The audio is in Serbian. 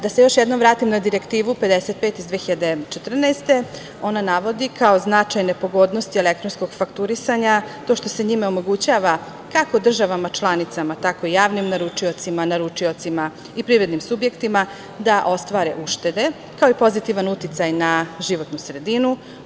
Da se još jednom vratim na Direktivu 55 iz 2014. godine, ona navodi kao značajne pogodnosti elektronskog fakturisanja to što se njime omogućava kako državama članicama, tako i javnim naručiocima i privrednim subjektima da ostvare uštede, kao i pozitivan uticaj na životnu sredinu.